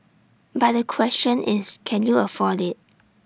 but the question is can you afford IT